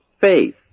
faith